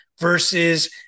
versus